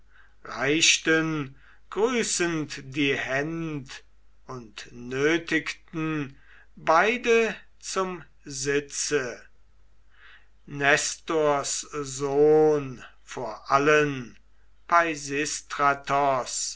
reichten grüßend die händ und nötigten beide zum sitze nestors sohn vor allen